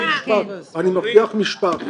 אני מבטיח משפט.